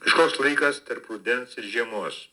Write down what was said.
kažkoks laikas tarp rudens ir žiemos